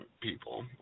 people